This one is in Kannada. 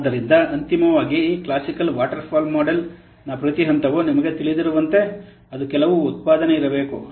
ಆದ್ದರಿಂದ ಅಂತಿಮವಾಗಿ ಈ ಕ್ಲಾಸಿಕಲ್ ವಾಟರ್ಫಾಲ್ ಮಾಡೆಲ್ನ ಪ್ರತಿ ಹಂತವು ನಿಮಗೆ ತಿಳಿದಿರುವಂತೆ ಅದು ಕೆಲವು ಉತ್ಪಾದನೆ ಇರಬೇಕು